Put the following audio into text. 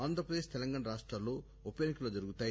ఆంధ్రప్రదేశ్ తెలంగాణ రాష్టాల్లో ఉప ఎన్నికలు జరుగుతాయి